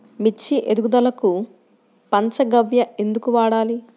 మిర్చి ఎదుగుదలకు పంచ గవ్య ఎందుకు వాడాలి?